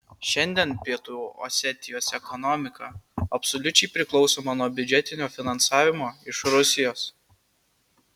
šiandien pietų osetijos ekonomika absoliučiai priklausoma nuo biudžetinio finansavimo iš rusijos